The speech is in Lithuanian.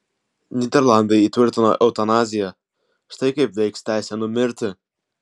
nyderlandai įtvirtino eutanaziją štai kaip veiks teisė numirti